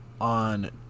on